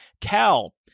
Cal